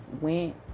went